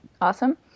Awesome